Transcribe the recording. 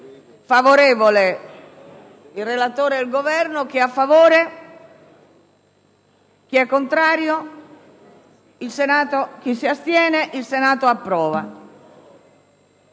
*Il Senato approva